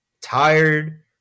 tired